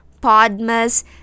Podmas